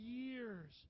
years